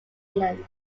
england